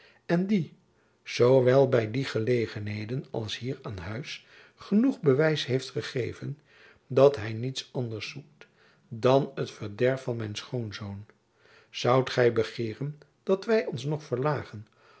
en die zoo wel by die gelegenheden als hier aan huis genoeg bewijs heeft gegeven dat hy niets anders zoekt dan het verderf van mijn schoonzoon zoudt gy begeeren dat wy ons nog verlaagden